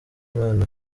imana